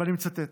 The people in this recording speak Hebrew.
ואני מצטט: